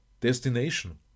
destination